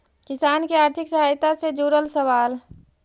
किसान के आर्थिक सहायता से जुड़ल सवाल?